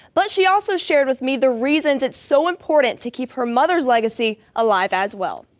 but she also shared with me the reasons it's so important to keep her mother's legacy alive as well.